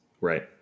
Right